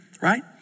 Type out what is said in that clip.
right